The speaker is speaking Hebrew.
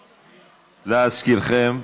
להזכירכם.